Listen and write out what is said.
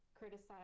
criticize